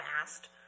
asked